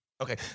Okay